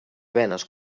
venes